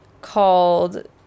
called